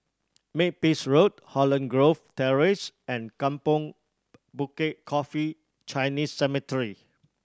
Makepeace Road Holland Grove Terrace and Kampong Bukit Coffee Chinese Cemetery